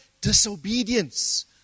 disobedience